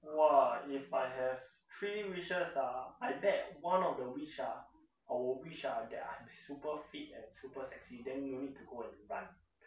!wah! if I have three wishes I bet one of the wish ah I would wish ah that I am super fit and super sexy then no need to go and run